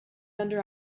under